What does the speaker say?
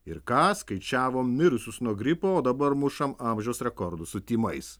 ir ką skaičiavom mirusius nuo gripo o dabar mušam amžiaus rekordus su tymais